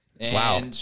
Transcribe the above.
wow